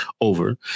over